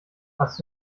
hast